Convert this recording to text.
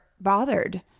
bothered